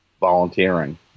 volunteering